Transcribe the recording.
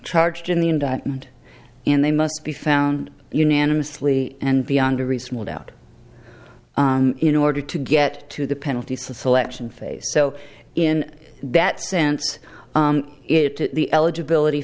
charged in the indictment and they must be found unanimously and beyond a reasonable doubt in order to get to the penalty selection face so in that sense it the eligibility